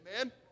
Amen